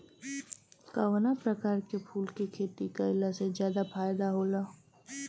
कवना प्रकार के फूल के खेती कइला से ज्यादा फायदा होला?